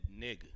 nigga